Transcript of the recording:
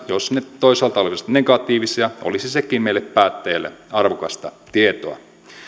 jos ne toisaalta olisivat negatiivisia olisi sekin meille päättäjille arvokasta tietoa